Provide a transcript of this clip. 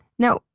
now,